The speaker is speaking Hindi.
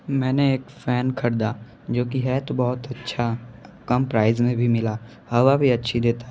मैंने एक फ़ैन ख़रीदा जो कि है तो बहुत अच्छा कम प्राइज़ में भी मिला हवा भी अच्छी देता है